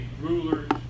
rulers